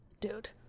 Dude